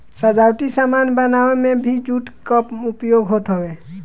सजावटी सामान बनावे में भी जूट कअ उपयोग होत हवे